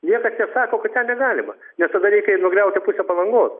niekas nesako kad ten negalima nes tada reikia ir nugriauti pusę palangos